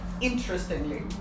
interestingly